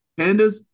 Pandas